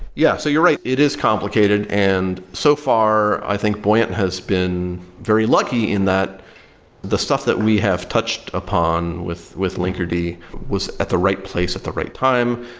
yeah, so you're right. it is complicated. and so far, i think buoyant has been very lucky in that the stuff that we have touched upon with with linkerd was at the right place at the right time.